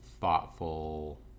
thoughtful –